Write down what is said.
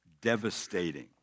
devastating